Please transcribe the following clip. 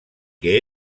que